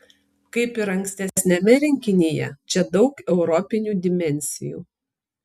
kaip ir ankstesniame rinkinyje čia daug europinių dimensijų